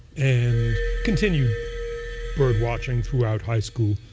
and continued bird watching throughout high school,